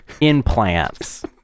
implants